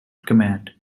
command